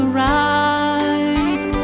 rise